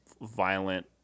violent